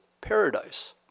paradise